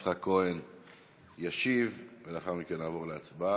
יצחק כהן ישיב, ולאחר מכן נעבור להצבעה.